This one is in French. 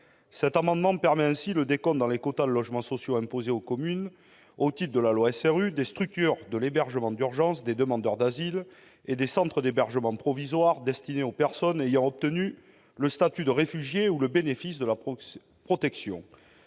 visant à intégrer dans le décompte des quotas de logements sociaux imposés aux communes au titre de la loi SRU les structures d'hébergement d'urgence pour les demandeurs d'asile et les centres d'hébergement provisoire destinés aux personnes ayant obtenu le statut de réfugié ou le bénéfice de la protection